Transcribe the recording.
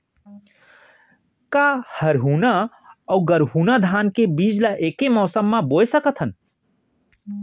का हरहुना अऊ गरहुना धान के बीज ला ऐके मौसम मा बोए सकथन?